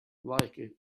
like